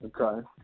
okay